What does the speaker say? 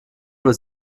uhr